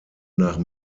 nach